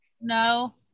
no